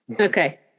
Okay